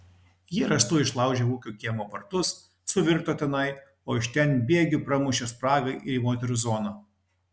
jie rąstu išlaužė ūkio kiemo vartus suvirto tenai o iš ten bėgiu pramušė spragą ir į moterų zoną